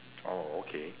oh okay